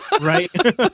Right